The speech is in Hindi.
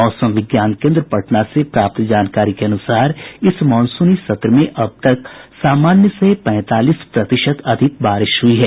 मौसम विज्ञान केन्द्र पटना से प्राप्त जानकारी के अनुसार इस मॉनसूनी सत्र में अब तक सामान्य से पैंतालीस प्रतिशत अधिक बारिश हुई है